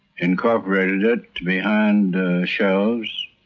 incorporated it behind shelves,